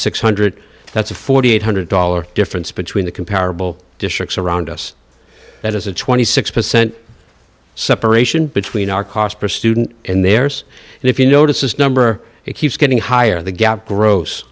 six hundred dollars that's a four thousand eight hundred dollars difference between the comparable districts around us that has a twenty six percent separation between our cost per student and theirs and if you notice this number it keeps getting higher the gap gro